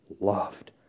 loved